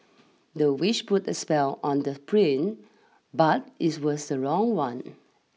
the witch put a spell on the prince but it was the wrong one